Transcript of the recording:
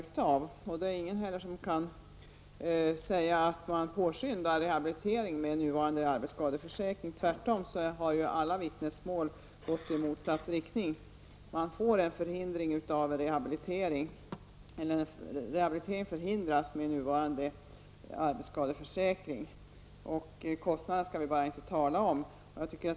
Det är inte heller någon som kan säga att man påskyndar rehabilitering med nuvarande arbetsskadeförsäkring. Tvärtom, har alla vittnesmål gått i motsatt riktning. Rehabilitering förhindras med nuvarande arbetsskadeförsäkring, och kostnaden skall vi bara inte tala om.